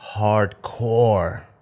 Hardcore